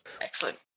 Excellent